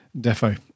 Defo